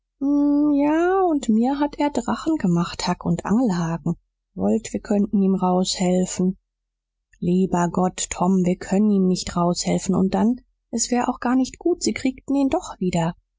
ja und mir hat er drachen gemacht huck und angelhaken wollt wir könnten ihm raushelfen lieber gott tom wir können ihm nicht raushelfen und dann s wär auch gar nicht gut sie kriegten ihn doch wieder